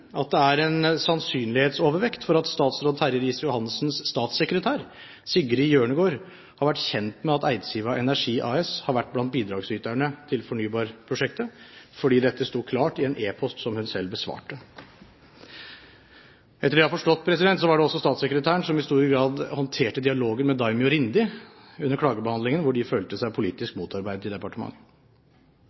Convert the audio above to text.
at det er en sannsynlighetsovervekt for at statsråd Terje Riis-Johansens statssekretær Sigrid Hjørnegård har vært kjent med at Eidsiva Energi AS har vært blant bidragsyterne til fornybar-prosjektet, fordi dette sto klart i en e-post som hun selv besvarte. Etter det jeg har forstått, var det også statssekretæren som i stor grad håndterte dialogen med Daimyo Rindi under klagebehandlingen, hvor de følte seg politisk motarbeidet i departementet.